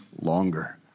longer